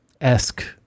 esque